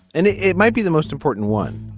and it it might be the most important one.